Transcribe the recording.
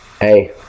hey